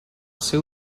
seu